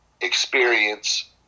experience